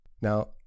Now